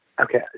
Okay